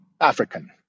African